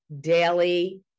daily